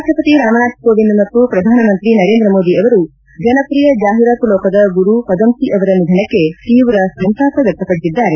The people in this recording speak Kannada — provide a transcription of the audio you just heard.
ರಾಷ್ಟಪತಿ ರಾಮನಾಥ್ ಕೋವಿಂದ್ ಮತ್ತು ಪ್ರಧಾನ ಮಂತ್ರಿ ನರೇಂದ್ರ ಮೋದಿ ಅವರು ಜನಪ್ರಿಯ ಜಾಹಿರಾತು ಲೋಕದ ಗುರು ಪದಂಬಿ ಅವರ ನಿಧನಕ್ಕೆ ತೀವ್ರ ಸಂತಾಪ ವ್ಲಕ್ತಪಡಿಸಿದ್ದಾರೆ